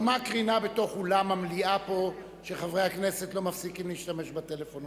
מה הקרינה בתוך אולם המליאה פה כשחברי הכנסת לא מפסיקים להשתמש בטלפון?